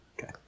Okay